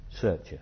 searcher